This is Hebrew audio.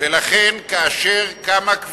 טלב אלסאנע, אתה עדיין על השניים.